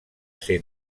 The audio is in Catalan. ser